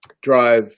drive